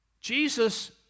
Jesus